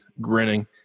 grinning